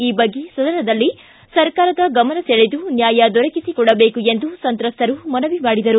ಈ ಬಗ್ಗೆ ಸದನದಲ್ಲಿ ಸರ್ಕಾರದ ಗಮನ ಸೆಳೆದು ನ್ಯಾಯ ದೊರಕಿಸಿಕೊಡಬೇಕು ಎಂದು ಸಂತ್ರಸ್ತರು ಮನವಿ ಮಾಡಿದರು